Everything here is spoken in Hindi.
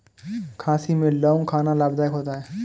खांसी में लौंग खाना लाभदायक होता है